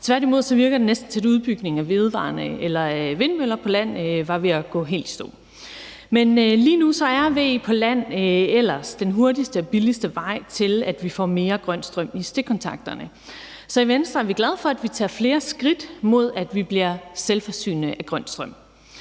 Tværtimod virker det næsten til, at udbygningen af vindmøller på land var ved at gå helt i stå. Lige nu er VE på land ellers den hurtigste og billigste vej til, at vi får mere grøn strøm i stikkontakterne, så i Venstre er vi glade for, at der tages flere skridt mod, at vi bliver selvforsynende med grøn strøm.